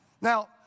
Now